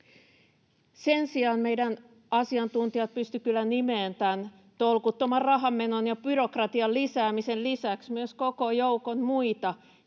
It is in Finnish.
Sen sijaan meidän asiantuntijat pystyivät kyllä nimeämään tämän tolkuttoman rahanmenon ja byrokratian lisäämisen lisäksi myös koko joukon muita